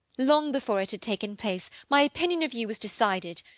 long before it had taken place, my opinion of you was decided.